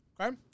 Okay